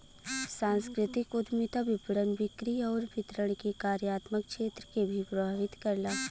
सांस्कृतिक उद्यमिता विपणन, बिक्री आउर वितरण के कार्यात्मक क्षेत्र के भी प्रभावित करला